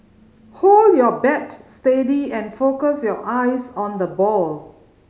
hold your bat steady and focus your eyes on the ball